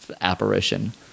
apparition